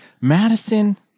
Madison